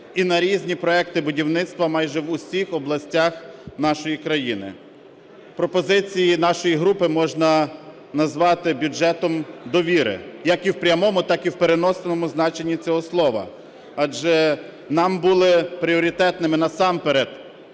і на різні проекти будівництва майже в усіх областях нашої країни. Пропозиції нашої групи можна назвати бюджетом довіри, як і в прямому, так і в переносному значенні цього слова, адже нам були пріоритетними насамперед